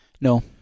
No